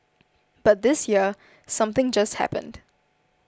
but this year something just happened